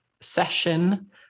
session